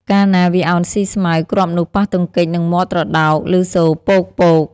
កាលណាវាឱនស៊ីស្មៅគ្រាប់នោះប៉ះទង្គិចនឹងមាត់ត្រដោកឮសូរប៉ូកៗ។